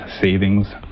savings